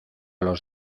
los